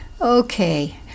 Okay